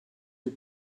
her